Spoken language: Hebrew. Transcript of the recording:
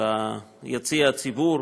ביציע הציבור,